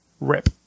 rip